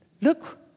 look